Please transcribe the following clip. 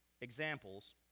examples